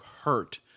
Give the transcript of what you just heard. hurt